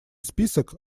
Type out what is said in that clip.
список